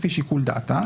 לפי שיקול דעתה,